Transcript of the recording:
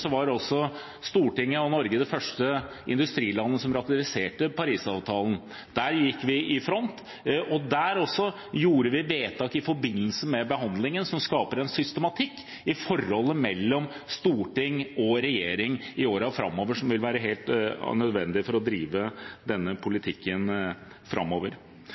var Norge det første industrilandet som ratifiserte Paris-avtalen. Der gikk vi i front. Vi gjorde et vedtak i forbindelse med behandlingen som skaper en systematikk i forholdet mellom storting og regjering i årene framover, som vil være helt nødvendig for å drive denne politikken framover.